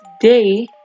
today